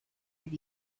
with